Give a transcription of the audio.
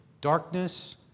darkness